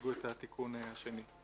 יציגו את התיקון השני.